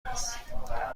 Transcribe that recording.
هستیم